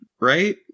right